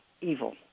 evil